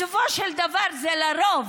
בסופו של דבר זה לרוב